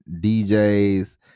DJs